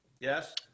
Yes